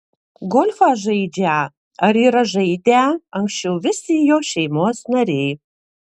golfą žaidžią ar yra žaidę anksčiau visi jo šeimos nariai